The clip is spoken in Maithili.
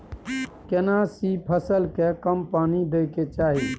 केना सी फसल के कम पानी दैय के चाही?